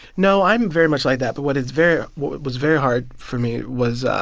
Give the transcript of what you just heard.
no, i'm very much like that. but what is very what was very hard for me was